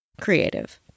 Creative